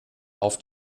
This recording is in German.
auf